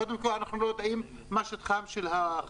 קודם כל, אנחנו לא יודעים מה שטחן של החוות,